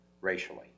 racially